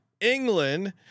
England